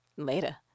later